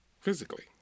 physically